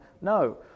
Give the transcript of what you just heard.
No